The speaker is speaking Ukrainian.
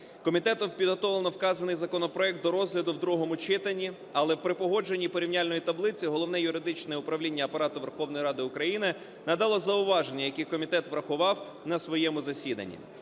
Комітетом підготовлено вказаний законопроект до розгляду в другому читанні, але при погодженні порівняльної таблиці Головне юридичне управління Апарату Верховної Ради України надало зауваження, які комітет врахував на своєму засіданні.